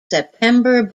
september